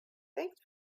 thanks